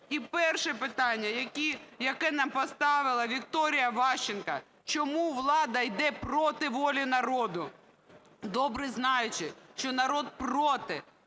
І перше питання, яке нам поставила Вікторія Ващенко: "Чому влада іде проти волі народу, добре знаючи, що народ проти?